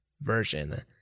version